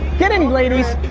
get in ladies,